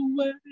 away